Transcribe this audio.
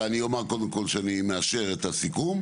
אני אומר קודם כל שאני מאשר את הסיכום.